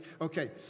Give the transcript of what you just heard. Okay